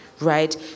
right